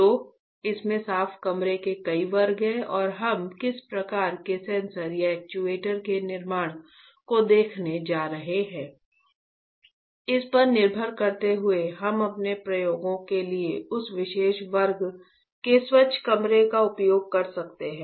तो इसमें साफ कमरे के कई वर्ग हैं और हम किस प्रकार के सेंसर या एक्चुएटर के निर्माण को देखने जा रहे हैं इस पर निर्भर करते हुए हम अपने प्रयोगों के लिए उस विशेष वर्ग के स्वच्छ कमरे का उपयोग कर सकते हैं